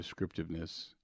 descriptiveness